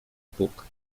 puk